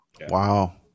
Wow